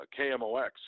KMOX